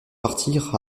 partir